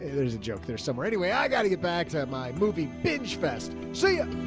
there's a joke there somewhere. anyway, i got to get back to my movie pitch fest. see ya.